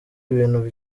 ibintu